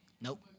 Nope